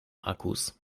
akkus